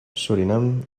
surinam